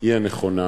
היא הנכונה.